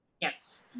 Yes